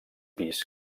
pis